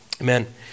Amen